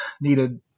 needed